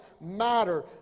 matter